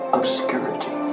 obscurity